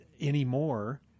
anymore